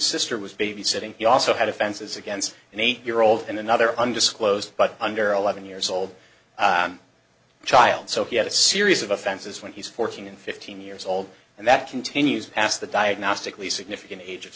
sister was babysitting he also had offenses against an eight year old in another undisclosed but under eleven years old child so he had a series of offenses when he's fourteen and fifteen years old and that continues past the diagnostically significant age of